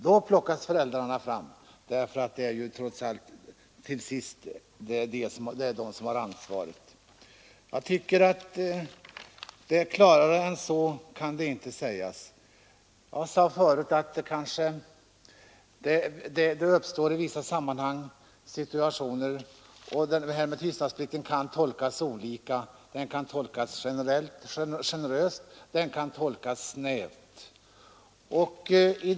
Då plockas föräldrarna fram, därför att det är till slut de som har ansvaret. — Klarare än så kan det inte sägas. Bestämmelserna om tystnadsplikten kan tolkas olika; de kan tolkas generöst, och de kan tolkas snävt.